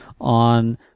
on